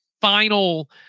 final